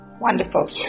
Wonderful